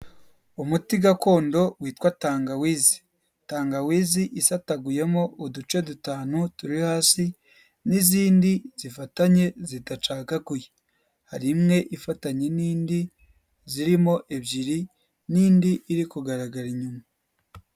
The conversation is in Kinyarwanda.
Umuti gakondo witwa tangawizi. Tangawizi isataguyemo uduce dutanu turi hasi, n'izindi zifatanye zidacagaguye. Hari imwe ifatanye n'indi zirimo ebyiri, n'indi irikugaragara inyuma.